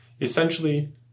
essentially